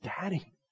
daddy